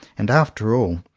and after all,